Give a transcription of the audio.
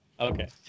Okay